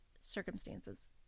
circumstances